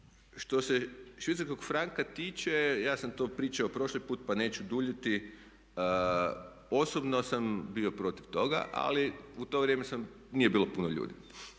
što se švicarskog franka tiče ja sam to pričao prošli put, pa neću duljiti. Osobno sam bio protiv toga, ali u to vrijeme nije bilo puno ljudi,